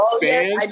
Fans